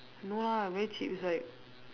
no lah very cheap it's like